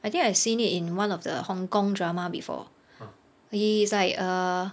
I think I've seen it in one of the hong kong drama before he is like a